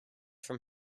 from